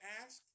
ask